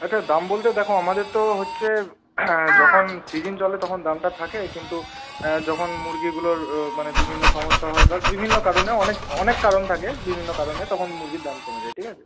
আচ্ছা দাম বলতে দেখো আমাদের তো হচ্ছে যখন সিজিন চলে তখন দামটা থাকে কিন্তু যখন মুরগিগুলোর বিভিন্ন সমস্যা হয় বা বিভিন্ন কারণে অনেক অনেক কারণ থাকে বিভিন্ন কারণে তখন মুরগির দাম কমে যায় ঠিক আছে